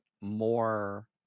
more